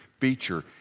feature